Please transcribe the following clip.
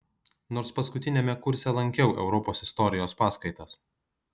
nors paskutiniame kurse lankiau europos istorijos paskaitas